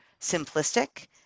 simplistic